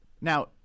Now